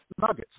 Nuggets